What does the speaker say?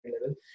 level